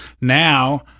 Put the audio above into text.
Now